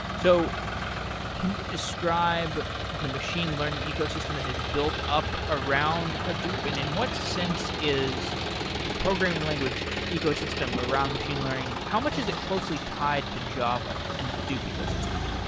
so can you describe the machine learning ecosystem that has built up around hadoop, and in what sense is the programming language ecosystem around machine learning, how much is it closely tied to java in the hadoop ecosystem?